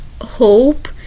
hope